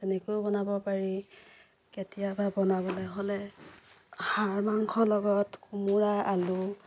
তেনেকৈও বনাব পাৰি কেতিয়াবা বনাবলৈ হ'লে হাঁহ মাংসৰ লগত কোমোৰা আলু